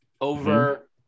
over